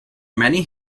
many